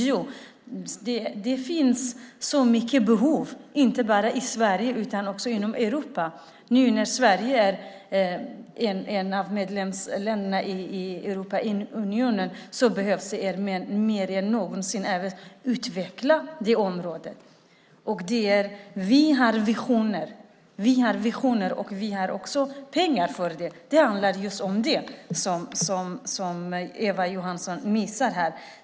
Jo, det finns så stora behov, inte bara i Sverige utan också inom Europa. Nu när Sverige är ett av medlemsländerna i Europeiska unionen behöver man mer än någonsin utveckla det området. Vi har visioner, och vi har också pengar för det. Det handlar just om det som Eva Johnsson missar här.